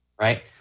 Right